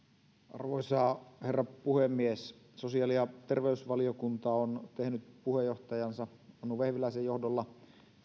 arvoisa herra puhemies sosiaali ja terveysvaliokunta on tehnyt puheenjohtajansa anu vehviläisen johdolla